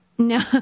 No